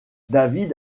david